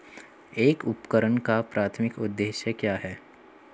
एक उपकरण का प्राथमिक उद्देश्य क्या है?